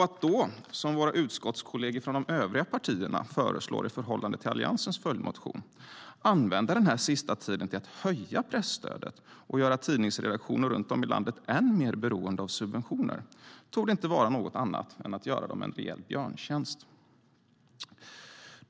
Att då, som våra utskottskollegor från de övriga partierna föreslår i förhållande till Alliansens följdmotion, använda den här sista tiden till att höja presstödet och göra tidningsredaktionerna runt om i landet än mer beroende av subventioner torde inte vara något annat än att göra dem en rejäl björntjänst.